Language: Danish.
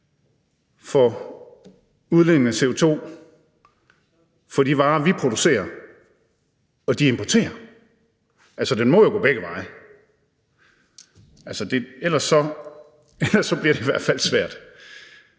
for udledningen af CO2 ved de varer, vi producerer, og som de importerer. Altså, det må jo gå begge veje – ellers bliver det i hvert fald svært.